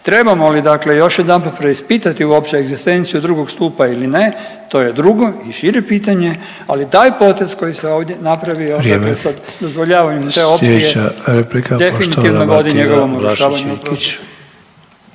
Trebamo li dakle još jedanput preispitati uopće egzistenciju drugog stupa ili ne to je drugo i šire pitanje, ali taj potez koji se ovdje napravio…/Upadica Sanader: Vrijeme/…dakle sa dozvoljavanjem te opcije definitivno vodi njegovom urušavanju